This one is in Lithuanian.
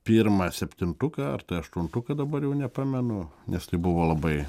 pirmą septintuką ar tai aštuntuką dabar jau nepamenu nes tai buvo labai